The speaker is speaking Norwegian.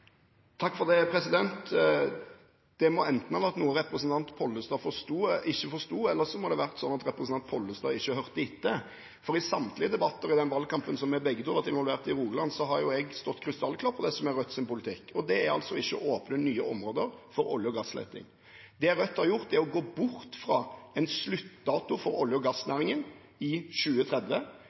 eller så må det ha vært slik at representanten Pollestad ikke hørte etter, for i samtlige debatter i valgkampen som vi begge var involvert i i Rogaland, har jeg stått krystallklart på det som er Rødts politikk. Det er å ikke åpne nye områder for olje- og gassleting. Det Rødt har gjort, er å gå bort fra en sluttdato for olje- og gassnæringen i 2030,